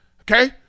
okay